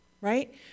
right